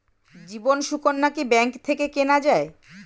জীবন সুকন্যা কি ব্যাংক থেকে কেনা যায়?